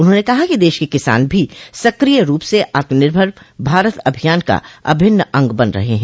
उन्होंने कहा कि देश के किसान भी सक्रिय रूप से आत्मनिर्भर भारत अभियान का अभिन्न अंग बन रहे हैं